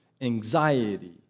anxiety